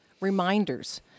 reminders